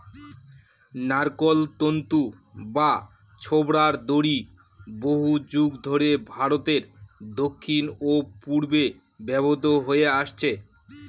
নারকোল তন্তু বা ছোবড়ার দড়ি বহুযুগ ধরে ভারতের দক্ষিণ ও পূর্বে ব্যবহৃত হয়ে আসছে